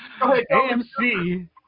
AMC